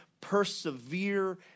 persevere